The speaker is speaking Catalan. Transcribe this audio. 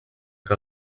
que